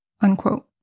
Unquote